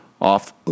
Off